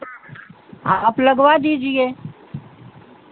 आप लगवा दीजिए